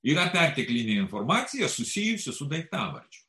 yra perteklinė informacija susijusi su daiktavardžiu